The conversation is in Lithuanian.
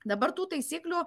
dabar tų taisyklių